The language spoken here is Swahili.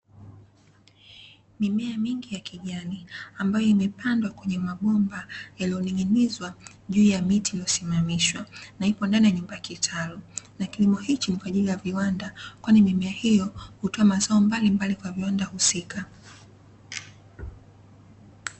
Mimea mingi ya kijani ambayo imepandwa kwenye mabomba yaliyoning'inizwa juu ya miti iliyosimamishwa na ipo ndani ya nyumba ya , kitalu na kilimo hiki ni kwa ajili ya viwanda, kwani mimea hiyo hutoa mazao mbali mbali kwa viwanda husika.